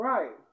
Right